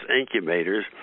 incubators